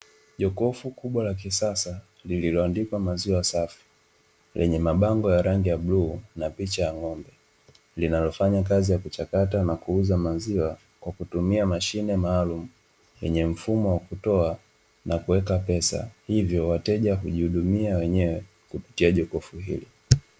Jokofu kubwa la kisasa lililoandikwa "maziwa safi" lenye mabango ya rangi ya bluu na picha ya ng'ombe, linalofanya kazi ya kuchakata na kuuza maziwa kwa kutumia mashine maalumu, yenye mfumo wa kutoa na kuweka pesa. Hivyo wateja hujihudumia wenyewe, kupitia jokofu hilo.